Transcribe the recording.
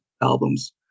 albums